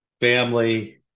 family